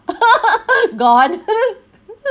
gone